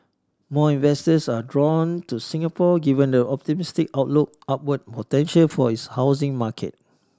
more investors are drawn to Singapore given the optimistic outlook upward potential for its housing market